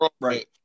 right